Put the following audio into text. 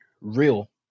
real